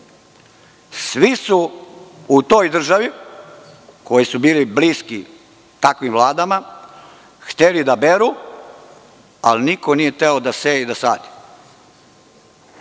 Svi su u toj državi, koji su bili bliski takvim vladama hteli da beru, ali niko nije hteo da seje i da sadi.